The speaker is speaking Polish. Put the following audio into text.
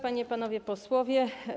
Panie i Panowie Posłowie!